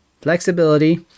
flexibility